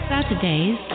Saturdays